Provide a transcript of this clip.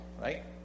right